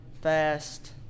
fast